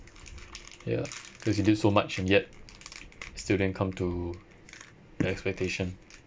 ya because you did so much yet still didn't come to the expectation